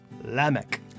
Lamech